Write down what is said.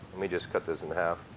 me just cut this in half.